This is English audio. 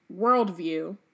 worldview